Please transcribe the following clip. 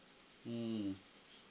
mm